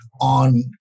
on